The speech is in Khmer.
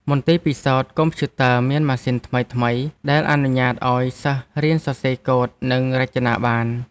មន្ទីរពិសោធន៍កុំព្យូទ័រមានម៉ាស៊ីនថ្មីៗដែលអនុញ្ញាតឱ្យសិស្សរៀនសរសេរកូដនិងរចនាបាន។